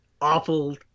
awful